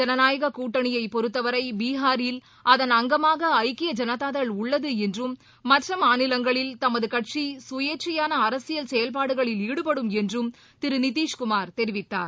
ஜனநாயககூட்டணியைபொறுத்தவரைபீகாரில் அதன் தேசிய ஐனதாதள் உள்ளதுஎன்றும் மற்றமாநிலங்களில் தமதுகட்சிகயேச்சையானஅரசியல் செயல்பாடுகளில் ஈடுபடும் என்றும் திருநிதிஷ்குமார் தெரிவித்தார்